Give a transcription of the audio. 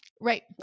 Right